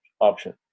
option